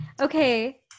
Okay